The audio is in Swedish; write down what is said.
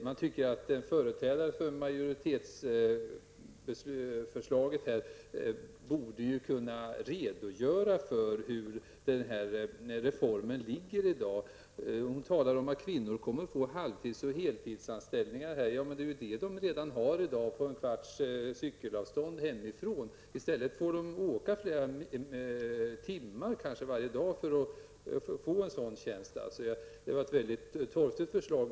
Man tycker att en företrädare för majoritetsförslaget borde kunna redogöra för hur det ligger till med reformen i dag. Hon talar om att kvinnor kommer att få halvtids och heltidsanställningar. Det har de redan i dag, på 15 minuters cykelavstånd hemifrån. I stället kommer de kanske att få åka flera timmar per dag för att få en sådan tjänst. Det var ett mycket torftigt förslag.